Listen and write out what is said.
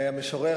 המשורר,